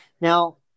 Now